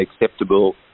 acceptable